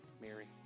Mary